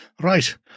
right